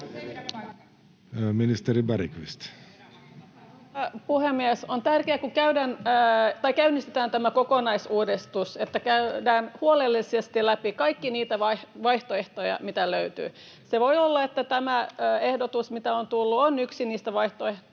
Ministeri Bergqvist. Arvoisa puhemies! On tärkeää, kun käynnistetään tämä kokonaisuudistus, että käydään huolellisesti läpi kaikkia niitä vaihtoehtoja, mitä löytyy. Se voi olla, että tämä ehdotus, mikä on tullut, on yksi niistä vaihtoehtoista,